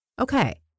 Okay